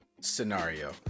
scenario